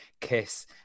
kiss